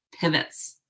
pivots